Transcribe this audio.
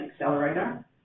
accelerator